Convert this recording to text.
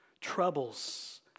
troubles